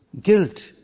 guilt